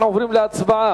אנחנו עוברים להצבעה.